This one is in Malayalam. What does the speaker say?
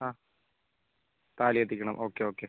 ആ കാലെ എത്തിക്കണം ഓക്കെ ഓക്കെ